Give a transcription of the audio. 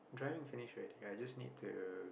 driving finish already I just need to